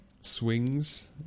swings